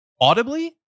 audibly